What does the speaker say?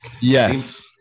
Yes